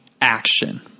action